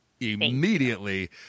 immediately